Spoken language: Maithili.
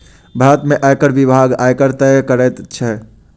भारत में आयकर विभाग, आयकर तय करैत अछि